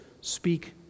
speak